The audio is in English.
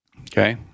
okay